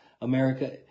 America